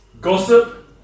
Gossip